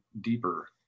deeper